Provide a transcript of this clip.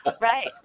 Right